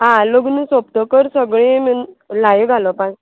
आ लग्न सोंपतकर सगळें लाय घालपाक